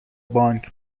بانک